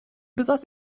besaß